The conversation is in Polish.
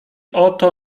oto